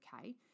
okay